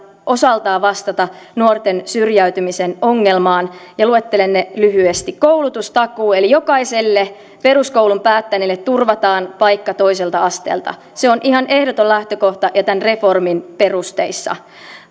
osaltaan vastata nuorten syrjäytymisen ongelmaan ja luettelen ne lyhyesti koulutustakuu eli jokaiselle peruskoulun päättäneelle turvataan paikka toiselta asteelta se on ihan ehdoton lähtökohta ja tämän reformin perusteissa